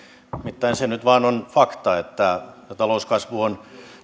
nimittäin se nyt vain on fakta että talouskasvu on